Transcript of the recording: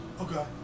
Okay